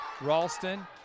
Ralston